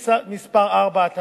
הציבור (הגבלות לאחר פרישה) (תיקון מס' 4),